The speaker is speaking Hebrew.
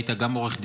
גם היית עורך דין,